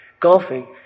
golfing